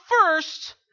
first